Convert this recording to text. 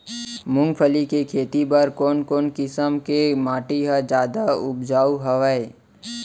मूंगफली के खेती बर कोन कोन किसम के माटी ह जादा उपजाऊ हवये?